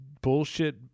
bullshit